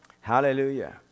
Hallelujah